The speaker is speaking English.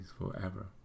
forever